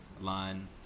line